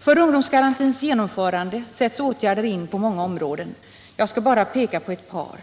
För ungdomsgarantins genomförande sätts åtgärder in på många områden. Jag skall bara peka på ett par.